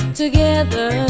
together